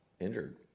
injured